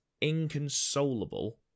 inconsolable